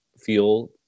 feel